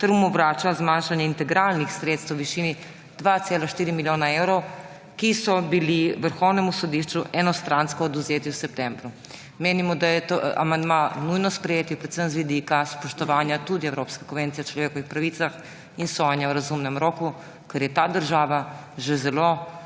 ter mu vrača zmanjšanje integralnih sredstev v višini 2,4 milijona evrov, ki so bila Vrhovnemu sodišču enostransko odvzeta v septembru. Menimo, da je amandma nujno sprejeti predvsem z vidika spoštovanja tudi evropske konvencije o človekovih pravicah in sojenja v razumnem roku, ker je ta država že zelo